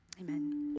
Amen